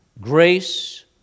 grace